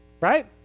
right